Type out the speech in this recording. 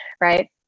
right